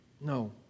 No